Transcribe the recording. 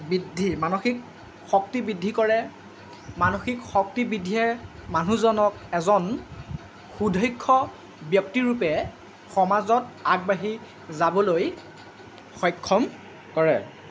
বৃদ্ধি মানসিক শক্তি বৃদ্ধি কৰে মানসিক শক্তি বৃদ্ধিয়ে মানুহজনক এজন সুদীৰ্ঘ ব্যক্তি ৰুপে সমাজত আগবাঢ়ি যাবলৈ সক্ষম কৰে